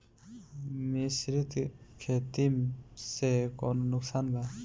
मिश्रित खेती से कौनो नुकसान बा?